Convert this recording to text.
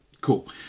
Cool